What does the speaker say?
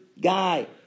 guy